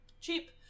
cheap